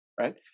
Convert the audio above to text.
right